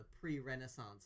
pre-Renaissance